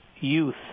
youth